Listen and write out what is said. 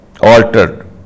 altered